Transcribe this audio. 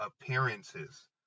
appearances